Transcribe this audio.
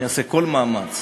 אני אעשה כל מאמץ